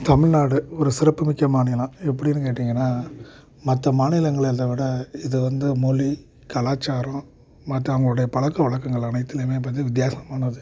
தமிழ்நாடு ஒரு சிறப்புமிக்க மாநிலம் எப்படின்னு கேட்டீங்கன்னா மற்ற மாநிலங்களில் விட இது வந்து மொழி கலாச்சாரம் மற்றவங்களுடைய பழக்கவலக்கங்கள் அனைத்திலுமே பஞ்சம் வித்தியாசமானது